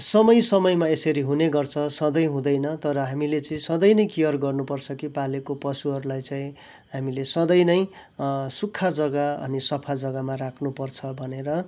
समय समयमा यसरी हुने गर्छ सधै हुँदैन तर हामीले चाहिँ सधैँ नै केयर गर्नुपर्छ कि पालेको पशुहरूलाई चाहिँ हामीले सधैँ नै सुक्खा जग्गा अनि सफा जग्गामा राख्नुपर्छ भन्नेर